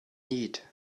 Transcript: need